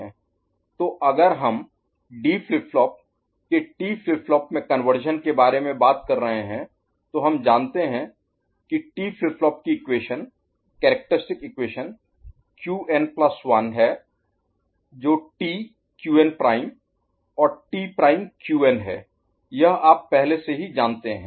तो अगर हम D फ्लिप फ्लॉप के T फ्लिप फ्लॉप में कन्वर्शन के बारे में बात कर रहे हैं तो हम जानते हैं कि T फ्लिप फ्लॉप की equation characteristic equation Qn plus 1 Qn1 है जो T Qn प्राइम TQn' और T प्राइम Qn T'Qn है यह आप पहले से ही जानते हैं